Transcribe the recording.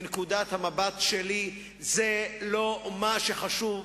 מנקודת המבט שלי זה לא מה שחשוב,